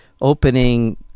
opening